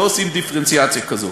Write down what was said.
לא עושים דיפרנציאציה כזאת.